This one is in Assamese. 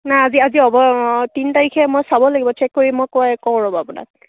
নাই আজি আজি অব তিনি তাৰিখে মই চাব লাগিব চেক কৰি মই কৈ কওঁ ৰ'ব আপোনাক